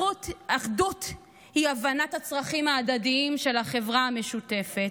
אחדות היא הבנת הצרכים ההדדיים של החברה המשותפת.